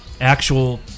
actual